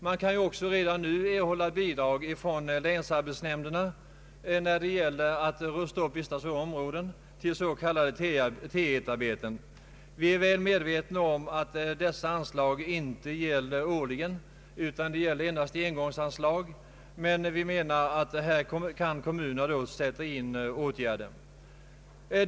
Man kan redan nu erhålla bidrag från länsarbetsnämnderna till upprustning och restaurering av kulturminnen, s.k. T1-arbeten. Vi är väl medvetna om att dessa anslag inte beviljas årligen utan endast är engångsanslag, men vi anser att kommunerna därefter bör kunna sätta in åtgärder.